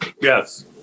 yes